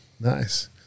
Nice